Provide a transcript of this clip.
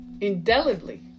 Indelibly